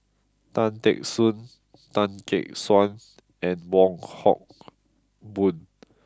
Tan Teck Soon Tan Gek Suan and Wong Hock Boon